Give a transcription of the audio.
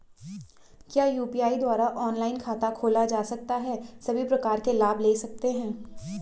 क्या यु.पी.आई द्वारा ऑनलाइन खाता खोला जा सकता है सभी प्रकार के लाभ ले सकते हैं?